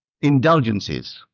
indulgences